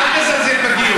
אל תזלזל בגיוס.